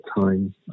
time